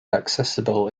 accessible